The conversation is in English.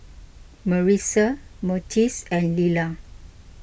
Marissa Myrtice and Leila